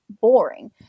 boring